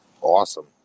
Awesome